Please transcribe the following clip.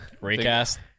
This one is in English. Recast